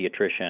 pediatrician